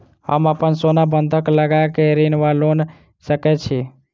हम अप्पन सोना बंधक लगा कऽ ऋण वा लोन लऽ सकै छी?